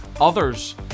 others